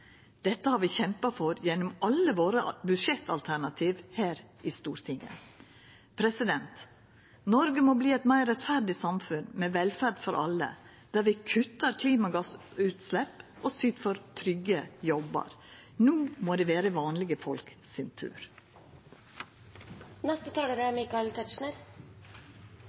Dette har vi kjempa for gjennom alle budsjettalternativa våre her i Stortinget. Noreg må verta eit meir rettferdig samfunn med velferd for alle der vi kuttar klimagassutslepp og syter for trygge jobbar. No må det vere vanlege folk sin tur. Michael Tetzschner [15:03:19]: I vår oljesmurte politiske snakkekultur er